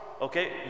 Okay